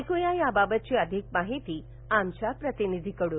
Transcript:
ऐक्या या बाबतची अधिक माहिती आमच्या प्रतिनिधीकडून